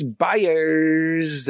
buyers